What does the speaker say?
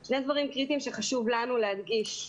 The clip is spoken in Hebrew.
יש דברים קריטיים שחשוב לנו להדגיש.